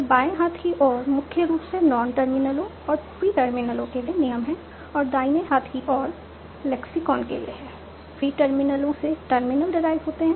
तो बाएं हाथ की ओर मुख्य रूप से नॉन टर्मिनलों और प्रिटर्मिनलों के लिए नियम हैं और दाहिने हाथ की ओर लेक्सिकॉन के लिए हैं प्रिटर्मिनलों से टर्मिनल डेराइव होते हैं